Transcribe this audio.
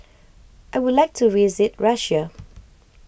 I would like to visit Russia